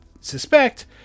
suspect